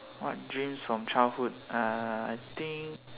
what dreams from childhood uh I think